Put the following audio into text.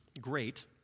great